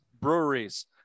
breweries